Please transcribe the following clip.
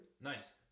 Nice